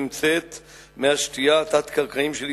מי השתייה התת-קרקעיים של ישראל,